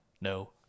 no